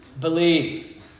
Believe